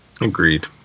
agreed